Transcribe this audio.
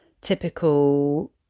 typical